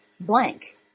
blank